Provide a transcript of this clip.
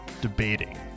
debating